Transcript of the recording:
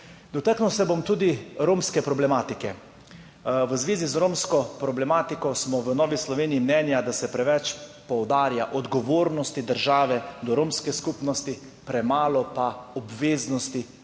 Dotaknil se bom tudi romske problematike. V zvezi z romsko problematiko smo v Novi Sloveniji mnenja, da se preveč poudarjajo odgovornosti države do romske skupnosti, premalo pa obveznosti Romov.